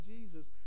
Jesus